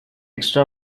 extra